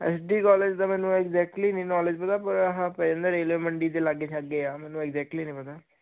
S D college ਦਾ ਮੈਨੂੰ ਪਤਾ ਰੇਲ ਮੰਡੀ ਦੇ ਲਾਗੇ ਛਾਗੇ ਆ ਮੈਨੂੰ ਪਤਾ